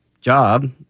job